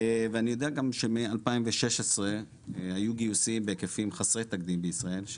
ואני יודע גם שמ-2016 היו גיוסים בהיקפים חסרי תקדים בישראל,